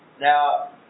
Now